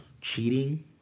cheating